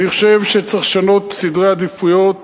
אני חושב שצריך לשנות סדרי עדיפויות